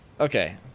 Okay